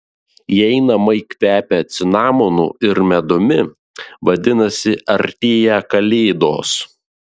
jei namai kvepia cinamonu ir medumi vadinasi artėja kalėdos